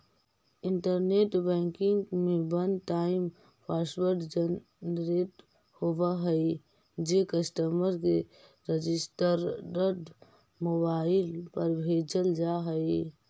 internet banking में one time password generate होवऽ हइ जे कस्टमर के रजिस्टर्ड मोबाइल पर भेजल जा हइ